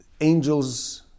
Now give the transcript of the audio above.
angels